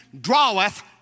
draweth